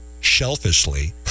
shelfishly